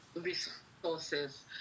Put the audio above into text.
resources